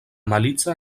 malica